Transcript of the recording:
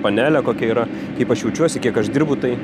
panelė kokia yra kaip aš jaučiuosi kiek aš dirbu tai